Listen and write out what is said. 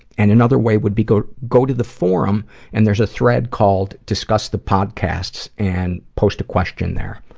and another way would be, go go to the forum and there's a thread called discuss the podcasts and post a question there.